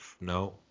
no